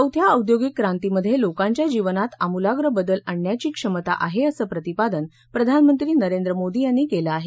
चौथ्या औद्योगिक क्रांतीमध्ये लोकांच्या जीवनात अमूलाग्र बदल आणण्याची क्षमता आहे असं प्रतिपादन प्रधानमंत्री नरेंद्र मोदी यांनी केलं आहे